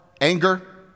anger